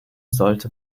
sollte